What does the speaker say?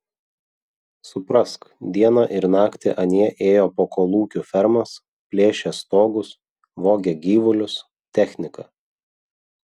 suprask dieną ir naktį anie ėjo po kolūkių fermas plėšė stogus vogė gyvulius techniką